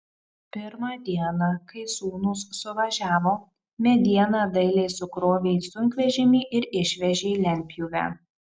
pirmą dieną kai sūnūs suvažiavo medieną dailiai sukrovė į sunkvežimį ir išvežė į lentpjūvę